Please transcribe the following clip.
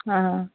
अँ